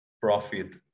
Profit